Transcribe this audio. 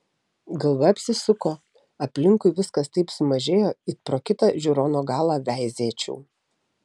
galva apsisuko aplinkui viskas taip sumažėjo it pro kitą žiūrono galą veizėčiau